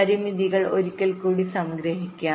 പരിമിതികൾ ഒരിക്കൽ കൂടി സംഗ്രഹിക്കാം